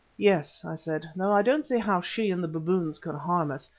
yes, i said, though i don't see how she and the baboons can harm us,